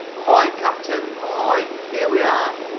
ahoy, captain! ahoy! here we are!